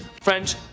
French